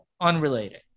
unrelated